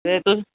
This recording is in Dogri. तुस